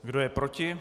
Kdo je proti?